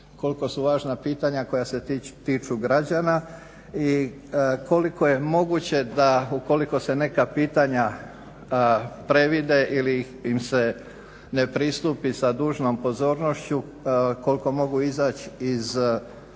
koliko su važna pitanja koja se tiču građana i koliko je moguće da ukoliko se neka pitanja previde ili im se ne pristupi sa dužnom pozornošću koliko mogu izaći iz da